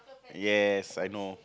yes I know